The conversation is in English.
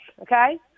okay